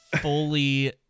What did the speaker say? fully